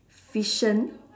fiction